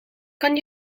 kan